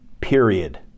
Period